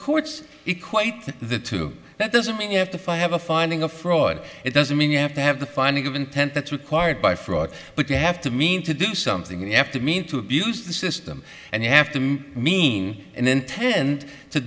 courts be quite the two that doesn't mean you have to file have a finding of fraud it doesn't mean you have to have the finding of intent that's required by fraud but you have to mean to do something you have to mean to abuse the system and you have to mean and then tend to